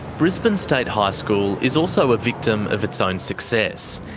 brisbane state high school is also a victim of its own success.